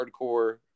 hardcore